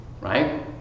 right